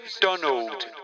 Donald